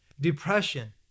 Depression